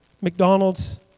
McDonald's